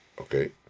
Okay